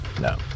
No